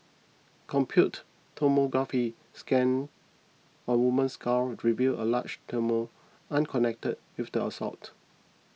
compute tomography scan on woman's skull revealed a large tumour unconnected with the assault